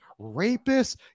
rapists